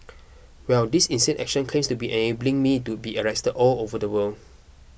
well this insane action claims to be enabling me to be arrested all over the world